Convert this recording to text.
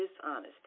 dishonesty